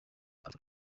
alpha